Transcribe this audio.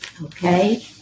Okay